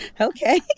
okay